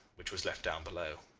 which was left down below.